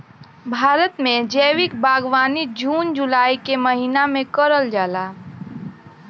भारत में जैविक बागवानी जून जुलाई के महिना में करल जाला